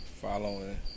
following